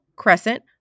Crescent